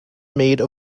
made